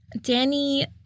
danny